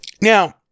Now